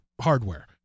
hardware